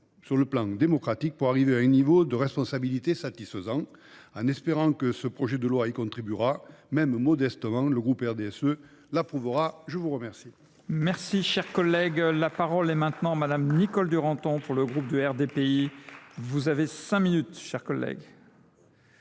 en matière démocratique pour arriver à un niveau de responsabilité satisfaisant. Espérant que ce projet de loi y contribuera, même modestement, le groupe RDSE l’approuvera. La parole